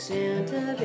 Santa